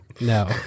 No